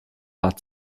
war